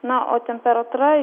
na o temperatūra